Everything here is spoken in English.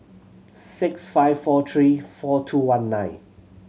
six five four three four two one nine